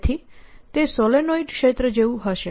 તેથી તે સોલેનોઇડ ક્ષેત્ર જેવું હશે